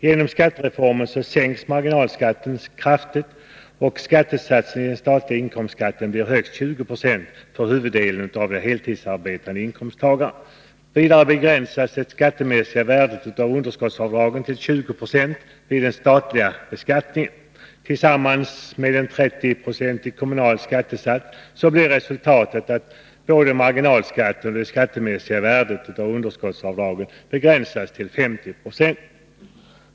Genom skattereformen sänks marginalskatterna kraftigt, och skattesatsen i den statliga inkomstskatten blir högst 20 96 för huvuddelen av de heltidsarbetande inkomsttagarna. Vidare begränsas det skattemässiga värdet av underskottsavdragen till 20 26 vid den statliga beskattningen. Tillsammans med en 30-procentig kommunal skattesats blir resultatet att både marginalskatten och det skattemässiga värdet av underskottsavdrag begränsas till 50 96.